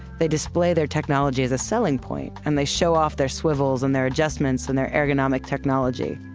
they display their technology as a selling point. and they show off their swivels, and their adjustments, and their ergonomic technology.